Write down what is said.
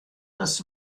das